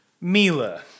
Mila